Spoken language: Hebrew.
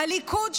הליכוד,